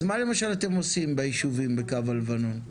אז מה למשל אתם עושים בישובים בקו הלבנון?